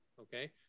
Okay